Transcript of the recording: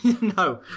No